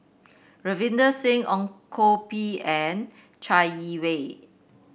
Ravinder Singh Ong Koh Bee and Chai Yee Wei